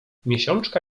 miesiączka